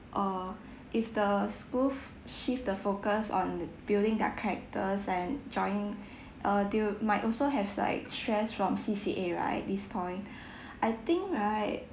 err if the school shift the focus on building their characters and joining uh they will might also have like stress from C_C_A right this point I think right